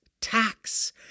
tax